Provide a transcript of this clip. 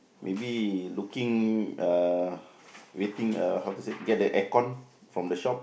maybe looking uh waiting uh how to said get the aircon from the shop